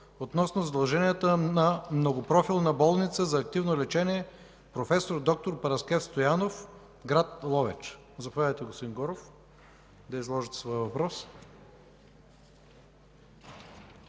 относно задълженията на Многопрофилна болница за активно лечение „Проф. д-р Параскев Стоянов” – град Ловеч. Заповядайте, господин Горов, да изложите своя въпрос.